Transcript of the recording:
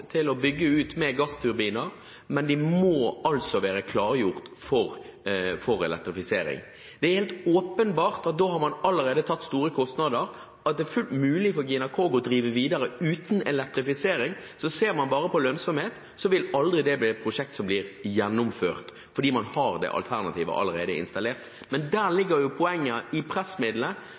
til å bygge ut med gassturbiner, men de må være klargjort for elektrifisering. Det er helt åpenbart at da har man allerede tatt så store kostnader at det er fullt mulig for Gina Krog å drive videre uten elektrifisering. Så ser man bare på lønnsomhet, vil det aldri bli et prosjekt som blir gjennomført, fordi man har alternativet installert allerede. Men der ligger jo poenget, i